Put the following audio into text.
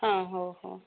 ହଁ ହଉ ହଉ